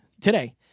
today